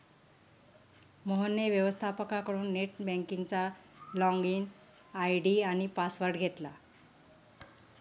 मोहनने व्यवस्थपकाकडून नेट बँकिंगचा लॉगइन आय.डी आणि पासवर्ड घेतला